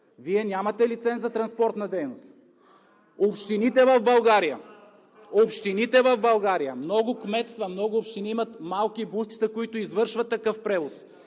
Вие нямате лиценз за транспортна дейност. Общините в България – много кметства, много общини имат малки бусчета, които извършват такъв превоз,